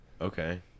Okay